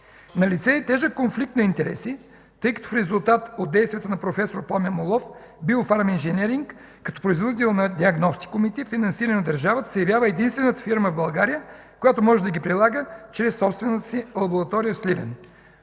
На лице е тежък конфликт на интереси, тъй като в резултат от действията на проф. Пламен Моллов „Биофарм-инженериг” като производител на диагностикомите, финансиран от държавата, се явява единствената фирма в България, която може да ги прилага чрез собствената си лаборатория в Сливен.